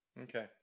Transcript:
Okay